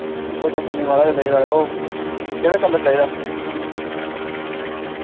कोई चक्कर निं म्हाराज लेई लैयो केह्ड़ा कलर चाहिदा